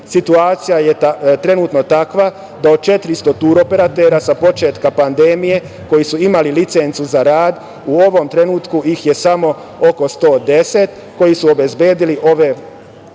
kompanija. Situacija je trenutno takva, da od 400 turoperatera, sa početka pandemije, koji su imali licencu za rad, u ovom trenutku ih je samo oko 110, koji su obezbedili ove